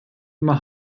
immer